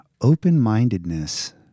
Open-mindedness